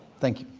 thank